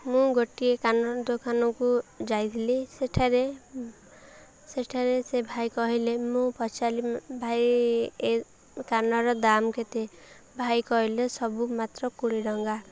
ମୁଁ ଗୋଟିଏ କାନ ଦୋକାନକୁ ଯାଇଥିଲି ସେଠାରେ ସେଠାରେ ସେ ଭାଇ କହିଲେ ମୁଁ ପଚାରିଲି ଭାଇ ଏ କାନର ଦାମ୍ କେତେ ଭାଇ କହିଲେ ସବୁ ମାତ୍ର କୋଡ଼ିଏ ଟଙ୍କା